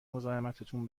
مزاحمتتون